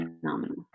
phenomenal